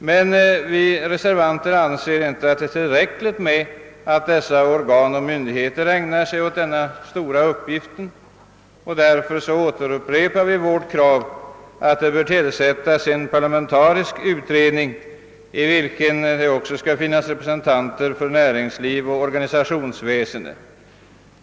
Men vi reservanter anser det inte tillräckligt att dessa organ och myndigheter ägnar sig åt denna stora uppgift, och därför upprepar vi vårt krav på att det bör tillsättas en parlamentarisk utredning, i vilken också bör finnas representanter för näringsliv och organisationsväsende.